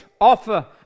offer